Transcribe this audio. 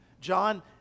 John